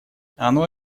оно